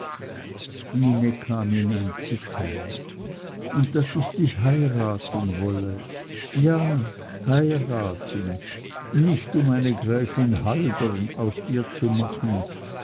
stine kam in ein zittern und daß ich dich heiraten wolle ja heiraten nicht um eine gräfin haldern aus dir zu machen